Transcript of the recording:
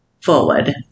Forward